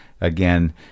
again